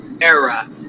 era